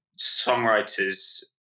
songwriters